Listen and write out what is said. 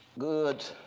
goods,